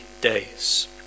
days